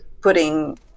putting